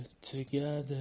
together